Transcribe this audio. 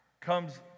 comes